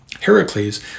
Heracles